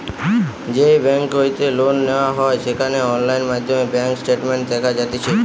যেই বেংক হইতে লোন নেওয়া হয় সেখানে অনলাইন মাধ্যমে ব্যাঙ্ক স্টেটমেন্ট দেখা যাতিছে